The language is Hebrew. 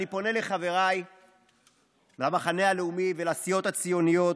אני פונה לחבריי למחנה הלאומי ולסיעות הציוניות: